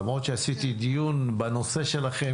למרות שעשיתי דיון בנושא שלכם,